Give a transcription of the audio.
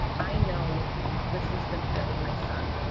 i know the system failed my son.